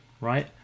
right